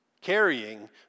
Carrying